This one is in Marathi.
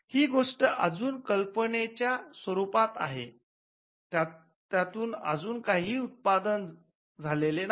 ही गोष्ट अजून कल्पनेच्या स्वरूपात आहे त्यातून आजून काहीही उत्पादन झालेले नाही